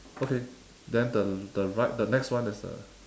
okay then the the right the next one is a